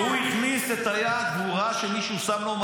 הוא הכניס את היד והוא ראה שמישהו שם לו,